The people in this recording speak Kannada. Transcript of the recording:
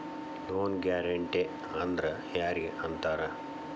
ಲೊನ್ ಗ್ಯಾರಂಟೇ ಅಂದ್ರ್ ಯಾರಿಗ್ ಅಂತಾರ?